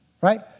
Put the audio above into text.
right